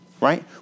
right